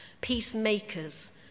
peacemakers